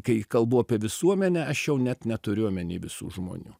kai kalbu apie visuomenę aš jau net neturiu omeny visų žmonių